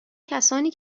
کسانی